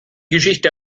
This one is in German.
geschichte